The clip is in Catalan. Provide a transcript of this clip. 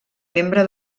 membre